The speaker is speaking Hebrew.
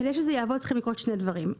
כדי שזה יעבוד צריכים לקרות שני דברים.